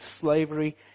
slavery